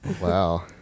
Wow